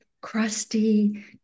crusty